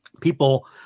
people